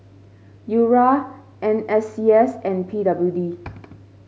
U R N S C S and P W D